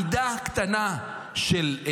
מידה קטנה של,